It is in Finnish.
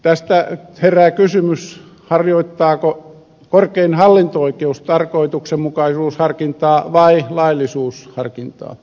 tästä herää kysymys harjoittaako korkein hallinto oikeus tarkoituksenmukaisuusharkintaa vai laillisuusharkintaa